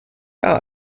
are